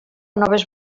noves